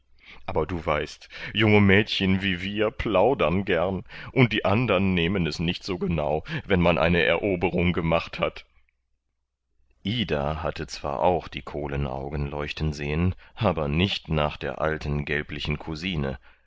aber du weißt junge mädchen wie wir plaudern gern und die andern nehmen es nicht so genau wenn eine eine eroberung gemacht hat ida hatte zwar auch die kohlenaugen leuchten sehen aber nicht nach der alten gelblichen cousine